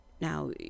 Now